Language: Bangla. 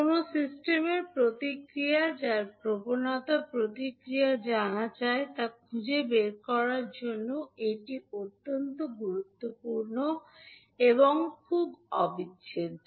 কোনও সিস্টেমের প্রতিক্রিয়া যার প্রবণতা প্রতিক্রিয়া জানা যায় তা খুঁজে বের করার জন্য এটি অত্যন্ত গুরুত্বপূর্ণ এবং খুব অবিচ্ছেদ্য